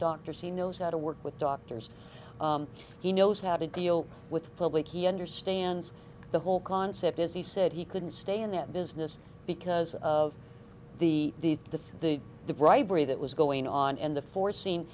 doctors he knows how to work with doctors he knows how to deal with public he understands the whole concept is he said he couldn't stay in that business because of the the the the bribery that was going on and the foreseen